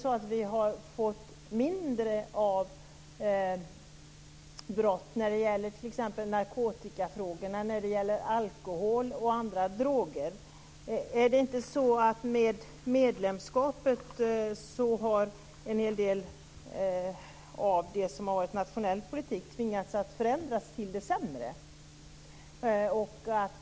Har vi fått mindre brott när det gäller t.ex. narkotika, alkohol och andra droger? Är det inte så att med medlemskapet har en hel del av det som varit nationell politik tvingats att förändras till det sämre?